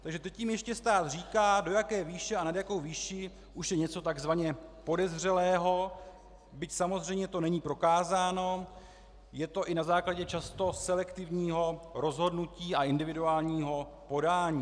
Takže teď jim ještě stát říká, do jaké výše a nad jakou výši už je něco takzvaně podezřelého, byť samozřejmě to není prokázáno, je to i na základě často selektivního rozhodnutí a individuálního podání.